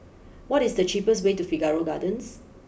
what is the cheapest way to Figaro Gardens